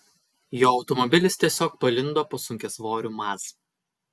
jo automobilis tiesiog palindo po sunkiasvoriu maz